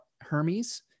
Hermes